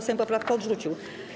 Sejm poprawkę odrzucił.